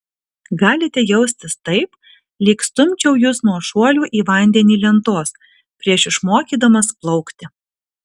galite jaustis taip lyg stumčiau jus nuo šuolių į vandenį lentos prieš išmokydamas plaukti